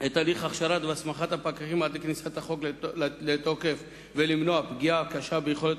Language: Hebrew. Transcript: את הליך הכשרת והסמכת הפקחים עד לכניסת החוק לתוקף ולמנוע פגיעה קשה ביכולת